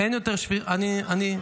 איזה מהלכים?